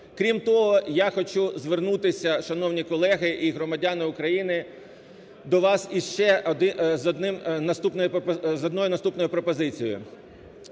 Крім того, я хочу звернутися, шановні колеги, і громадяни України до вас іще з однією наступною пропозицією.